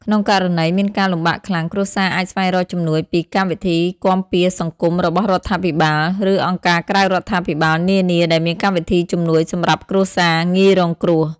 ក្នុងករណីមានការលំបាកខ្លាំង គ្រួសារអាចស្វែងរកជំនួយពីកម្មវិធីគាំពារសង្គមរបស់រដ្ឋាភិបាល ឬអង្គការក្រៅរដ្ឋាភិបាលនានាដែលមានកម្មវិធីជំនួយសម្រាប់គ្រួសារងាយរងគ្រោះ។